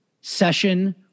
session